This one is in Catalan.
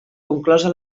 conclosa